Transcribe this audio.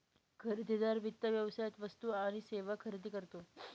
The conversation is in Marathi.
खरेदीदार वित्त व्यवसायात वस्तू आणि सेवा खरेदी करतो